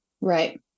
Right